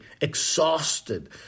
exhausted